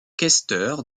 questeur